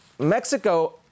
Mexico